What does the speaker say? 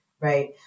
Right